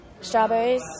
strawberries